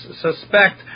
suspect